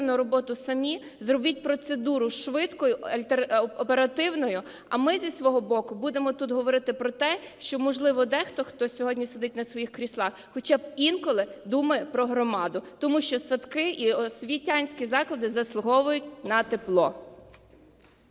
роботу самі, зробіть процедуру швидкою, оперативною, а ми зі свого боку будемо тут говорити про те, що, можливо, дехто, хто сьогодні сидить на своїх кріслах, хоча б інколи думали про громаду. Тому що садки і освітянські заклади заслуговують на тепло.